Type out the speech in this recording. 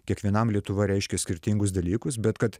kiekvienam lietuva reiškia skirtingus dalykus bet kad